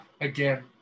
again